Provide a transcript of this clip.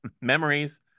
memories